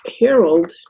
Harold